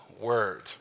word